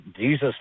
Jesus